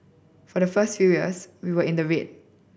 for the first few years we were in the red